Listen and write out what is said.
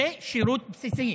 זה שירות בסיסי,